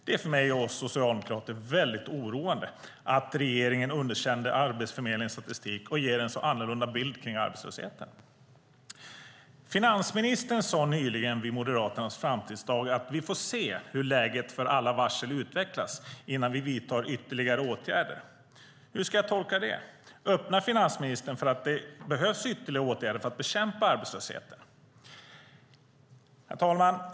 Det är för mig och oss socialdemokrater väldigt oroande att regeringen underkänner Arbetsförmedlingens statistik och ger en så annorlunda bild kring arbetslösheten. Finansministern sade nyligen vid Moderaternas framtidsdag att vi får se hur läget för alla varsel utvecklas innan vi vidtar ytterligare åtgärder. Hur ska jag tolka det? Öppnar finansministern för att det behövs ytterligare åtgärder för att bekämpa arbetslösheten? Herr talman!